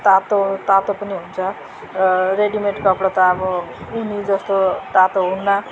तातो तातो पनि हुन्छ र रेडीमेड कपडा त अब ऊनी जस्तो तातो हुन्न